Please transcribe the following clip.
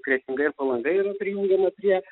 kretinga ir palanga yra prijungiama prie